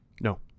No